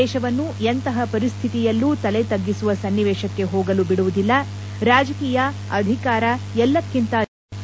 ದೇಶವನ್ನು ಎಂತಹ ಪರಿಸ್ಥಿತಿಯಲ್ಲೂ ತಲೆತಗ್ಗಿಸುವ ಸನ್ನಿವೇಶಕ್ಕೆ ಹೋಗಲು ಬಿಡುವುದಿಲ್ಲ ರಾಜಕೀಯ ಅಧಿಕಾರ ಎಲ್ಲಕ್ಕಿಂತ ದೇಶ ದೊಡ್ಡದು